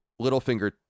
Littlefinger